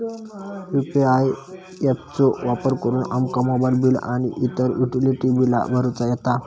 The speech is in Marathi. यू.पी.आय ऍप चो वापर करुन आमका मोबाईल बिल आणि इतर युटिलिटी बिला भरुचा येता